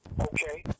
okay